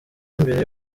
mbere